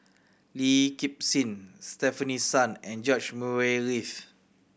Lee Kip thing Stefanie Sun and George Murray Reith